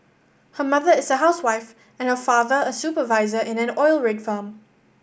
her mother is a housewife and her father a supervisor in an oil rig firm